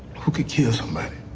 who could kill somebody.